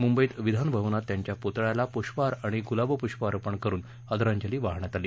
मुंबईत विधान भवनात त्यांच्या पुतळ्यांला पुष्पहार आणि गुलाबपुष्प अर्पण करुन आंदराजली वाहण्यात आली